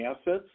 assets